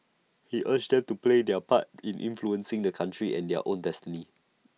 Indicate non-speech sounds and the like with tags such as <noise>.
he urged them to play their part <noise> in influencing the country's and their own destiny